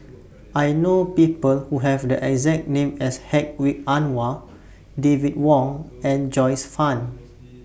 I know People Who Have The exact name as Hedwig Anuar David Wong and Joyce fan